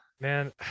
man